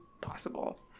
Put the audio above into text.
possible